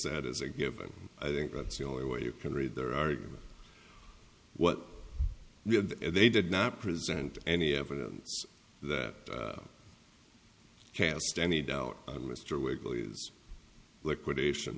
that as a given i think that's the only way you can read their argument what they did not present any evidence that cast any doubt mr wakely liquidation